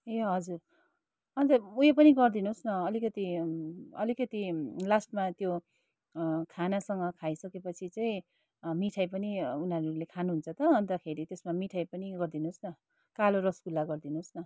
ए हजुर अन्त उयो पनि गरिदिनुहोस् न अलिकति अलिकति लास्टमा त्यो खानासँग खाइसक्यो पछि चाहिँ मिठाइ पनि उनीहरूले खानु हुन्छ त अन्तखेरि त्यसमा मिठाइ पनि गरिदिनुहोस् न कालो रसगुल्ला गरिदिनुहोस् न